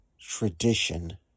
tradition